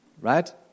right